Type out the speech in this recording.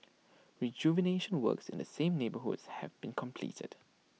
rejuvenation works in the same neighbourhoods have been completed